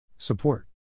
Support